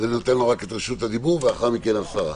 אני נותן לו את רשות הדיבור ולאחר מכן השרה.